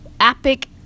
epic